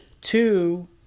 Two